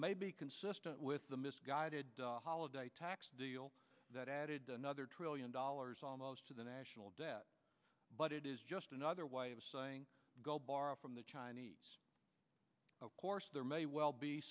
maybe consistent with the misguided holiday that added another trillion dollars almost to the national debt but it is just another way of saying go borrow from the chinese of course there may well be